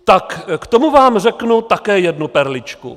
Tak k tomu vám řeknu také jednu perličku.